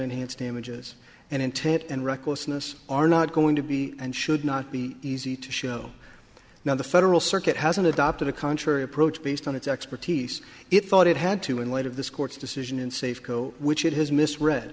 enhanced damages and intent and recklessness are not going to be and should not be easy to show now the federal circuit has adopted a contrary approach based on its expertise it thought it had to in light of this court's decision in safeco which it has misread